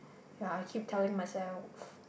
ya I keep telling myself